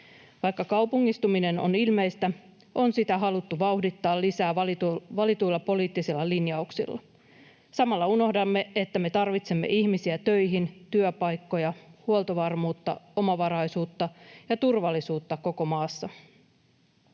Vaikka kaupungistuminen on ilmeistä, on sitä haluttu vauhdittaa lisää valituilla poliittisilla linjauksilla. Samalla unohdamme, että me tarvitsemme ihmisiä töihin, työpaikkoja, huoltovarmuutta, omavaraisuutta ja turvallisuutta koko maassa.